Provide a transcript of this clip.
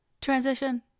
Transition